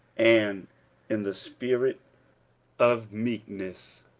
and in the spirit of meekness?